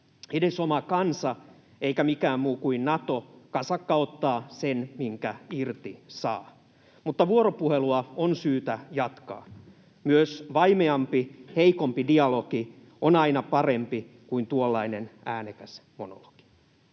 edes oma kansa eikä mikään muu kuin Nato. Kasakka ottaa sen, minkä irti saa. Mutta vuoropuhelua on syytä jatkaa. Myös vaimeampi, heikompi dialogi on aina parempi kuin tuollainen äänekäs monologi.